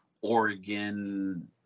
Oregon